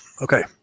Okay